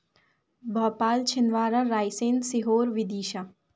Bhopal Chhindwara Raisen Sehore Vidisha